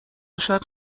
شاید